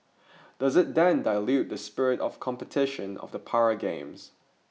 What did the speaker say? does it then dilute the spirit of competition of the para games